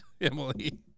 Emily